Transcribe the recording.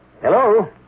Hello